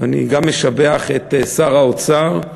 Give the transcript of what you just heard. אני גם משבח את שר האוצר,